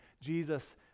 Jesus